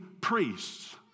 priests